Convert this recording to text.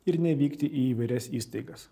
ir nevykti į įvairias įstaigas